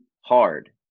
hard